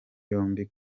yombi